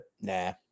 nah